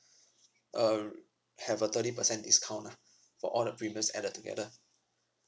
uh have a thirty percent discount ah for all the premiums added together